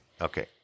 Okay